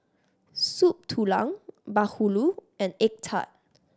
Soup Tulang bahulu and egg tart